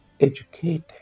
educated